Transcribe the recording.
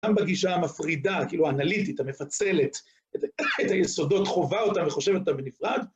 גם בגישה המפרידה, כאילו האנליטית, המפצלת, את היסודות חווה אותם וחושבת אותם בנפרד.